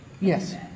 Yes